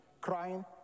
crying